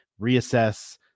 reassess